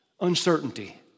uncertainty